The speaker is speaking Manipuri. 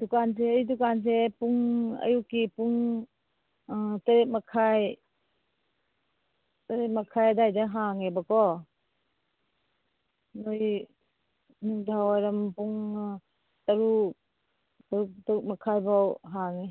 ꯗꯨꯀꯥꯟꯁꯦ ꯑꯩ ꯗꯨꯀꯥꯟꯁꯦ ꯄꯨꯡ ꯑꯌꯨꯛꯀꯤ ꯄꯨꯡ ꯇꯔꯦꯠ ꯃꯈꯥꯏ ꯇꯔꯦꯠ ꯃꯈꯥꯏ ꯑꯗꯥꯏꯗꯒꯤ ꯍꯥꯡꯉꯦꯕꯀꯣ ꯅꯣꯏ ꯅꯨꯡꯗꯥꯡꯋꯥꯏꯔꯝ ꯄꯨꯡ ꯇꯔꯨꯛ ꯇꯔꯨꯛ ꯃꯈꯥꯏꯕꯥꯎ ꯍꯥꯡꯉꯤ